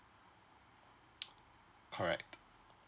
correct